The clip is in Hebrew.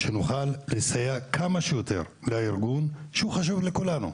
שנוכל לסייע כמה שיותר לארגון שחשוב לכולנו,